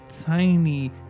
tiny